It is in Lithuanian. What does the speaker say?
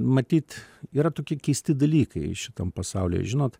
matyt yra tokie keisti dalykai šitam pasaulyje žinot